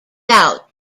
out